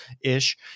ish